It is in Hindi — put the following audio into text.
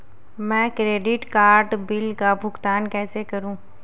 मैं क्रेडिट कार्ड बिल का भुगतान कैसे करूं?